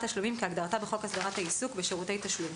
תשלומים" כהגדרתה בחוק הסדרת העיסוק בשירותי תשלום.